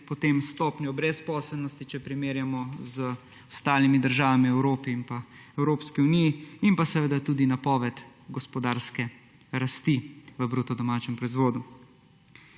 potem stopnjo brezposelnosti, če jo primerjamo z ostalimi državami v Evropi in Evropski uniji, in tudi napoved gospodarske rasti v bruto domačem proizvodu.